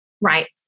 right